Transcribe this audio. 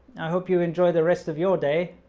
i hope you enjoy the rest of your day.